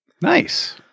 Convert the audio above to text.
Nice